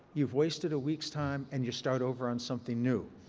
you've wasted a week's time, and you start over on something new.